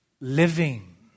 living